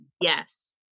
yes